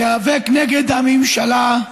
להיאבק נגד הממשלה,